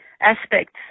aspects